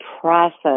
process